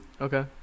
Okay